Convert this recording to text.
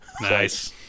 Nice